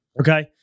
Okay